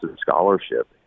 scholarship